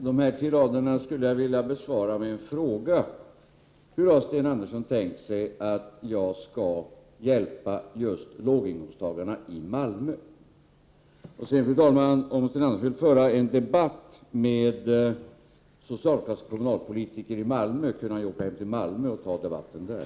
Fru talman! Detta skulle jag vilja besvara med en fråga: Hur har Sten Andersson i Malmö tänkt sig att jag skall hjälpa just låginkomsttagarna i Malmö? Fru talman! Om Sten Andersson ville föra en debatt med socialdemokratiska kommunalpolitiker i Malmö kunde han ha gjort detta genom att åka hem till Malmö och föra debatten där.